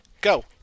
Go